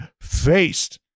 faced